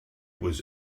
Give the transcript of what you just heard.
was